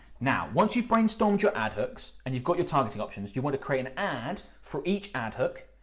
now, once you've brainstormed your ad hooks and you've got your targeting options, you wanna create an ad for each ad hook,